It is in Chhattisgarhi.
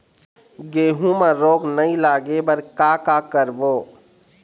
गेहूं म रोग नई लागे बर का का करबो?